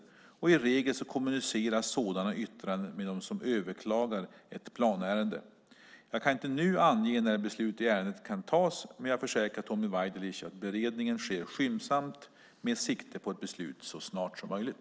I regel kommuniceras sådana yttranden med de som överklagar ett planärende. Jag kan inte nu ange när beslut i ärendet kan tas, men jag försäkrar Tommy Waidelich att beredningen sker skyndsamt med sikte på ett beslut så snart som möjligt.